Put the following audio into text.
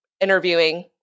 interviewing